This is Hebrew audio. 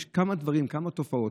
יש כמה דברים, כמה תופעות.